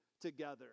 together